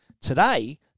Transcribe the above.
Today